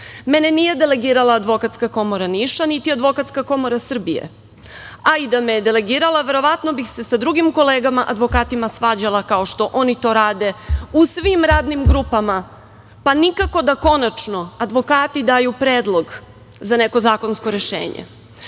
decu. Mene nije delegirala Advokatska komora Niša, niti Advokatska komora Srbije, a i da me je delegirala, verovatno bih se sa drugim kolegama advokatima svađala kao što oni to rade u svim radnim grupama, pa nikako da konačno advokati daju predlog za neko zakonsko rešenje. Jer,